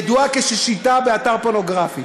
ידוע ששייטה באתר פורנוגרפי.